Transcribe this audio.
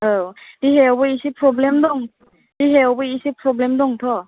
औ देहायावबो एसे प्रब्लेम दं देहायावबो एसे प्रब्लेम दंथ'